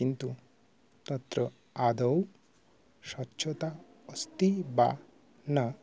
किन्तु तत्र आदौ स्वच्छता अस्ति वा न